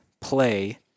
play